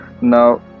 Now